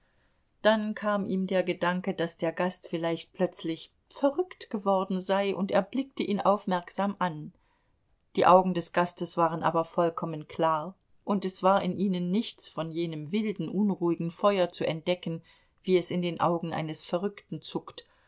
dann kam ihm der gedanke daß der gast vielleicht plötzlich verrückt geworden sei und er blickte ihn aufmerksam an die augen des gastes waren aber vollkommen klar und es war in ihnen nichts von jenem wilden unruhigen feuer zu entdecken wie es in den augen eines verrückten zuckt